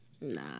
Nah